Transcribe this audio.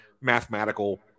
mathematical